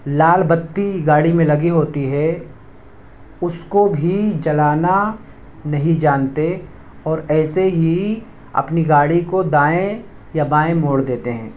لال بتی گاڑی میں لگی ہوتی ہے اس کو بھی جلانا نہیں جانتے اور ایسے ہی اپنی گاڑی کو دائیں یا بائیں موڑ دیتے ہیں